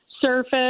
surface